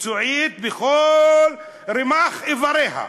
מקצועית בכל רמ"ח איבריה,